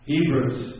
Hebrews